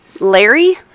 Larry